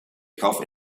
gaf